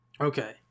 Okay